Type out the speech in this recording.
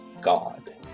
God